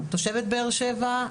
תושבת באר שבע,